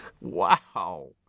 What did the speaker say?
Wow